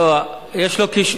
זה תלוי.